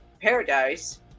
Paradise